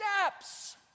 steps